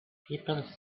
people